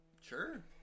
Sure